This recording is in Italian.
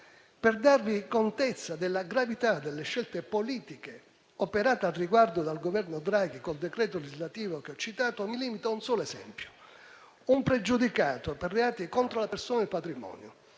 Per darvi contezza della gravità delle scelte politiche operate al riguardo dal Governo Draghi col decreto legislativo che ho citato, mi limito a un solo esempio. Un pregiudicato per reati contro la persona e il patrimonio,